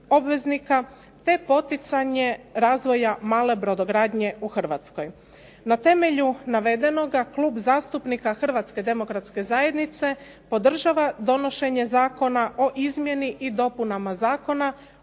obveznika, te poticanje razvoja male brodogradnje u Hrvatskoj. Na temelju navedenoga, Klub zastupnika Hrvatske demokratske zajednice podržava donošenje Zakona o izmjeni i dopunama Zakona